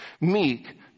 Meek